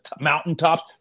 mountaintops